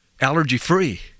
allergy-free